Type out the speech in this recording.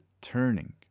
turning